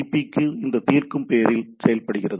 பிக்கு இந்த தீர்க்கும் பெயரில் செயல்படுகிறது